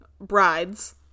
brides